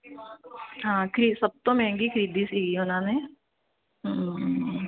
ਹਾਂ ਕਿ ਸਭ ਤੋਂ ਮਹਿੰਗੀ ਖਰੀਦੀ ਸੀ ਉਹਨਾਂ ਨੇ